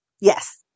Yes